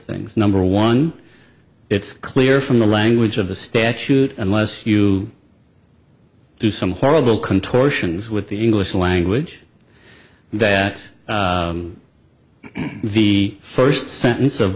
things number one it's clear from the language of the statute unless you do some horrible contortions with the english language that the first sentence of